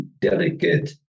delicate